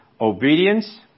Obedience